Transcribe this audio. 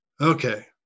Okay